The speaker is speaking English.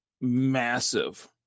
massive